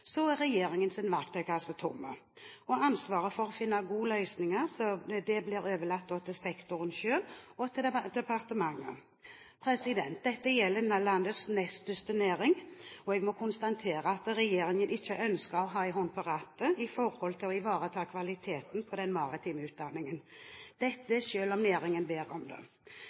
verktøykasse tom. Og ansvaret for å finne gode løsninger blir overlatt til sektoren selv og til departementet. Dette gjelder landets nest største næring, og jeg må konstatere at regjeringen ikke ønsker å ha en hånd på rattet i forhold til å ivareta kvaliteten på den maritime utdanningen, selv om næringen ber om